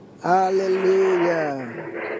Hallelujah